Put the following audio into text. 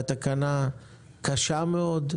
והתקנה קשה מאוד.